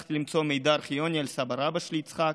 הצלחתי למצוא מידע ארכיוני על סבא-רבא יצחק: